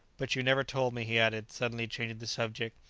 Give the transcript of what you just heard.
but you never told me, he added, suddenly changing the subject,